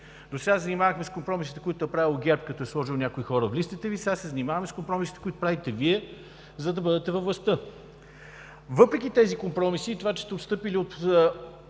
Досега се занимавахме с компромисите, които е направил ГЕРБ, като е сложил някои хора от листите Ви – сега се занимаваме с компромисите, които правите Вие, за да бъдете във властта. Въпреки тези компромиси и това, че сте отстъпили от